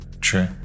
True